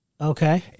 Okay